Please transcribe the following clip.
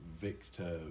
Victor